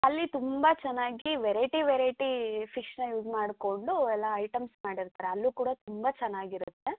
ಅಲ್ಲಿ ತುಂಬ ಚೆನ್ನಾಗಿ ವೆರೈಟಿ ವೆರೈಟೀ ಫಿಶನ್ನ ಯೂಸ್ ಮಾಡಿಕೊಂಡು ಎಲ್ಲ ಐಟಮ್ಸ್ ಮಾಡಿರ್ತಾರೆ ಅಲ್ಲು ಕೂಡ ತುಂಬ ಚೆನ್ನಾಗಿರುತ್ತೆ